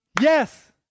Yes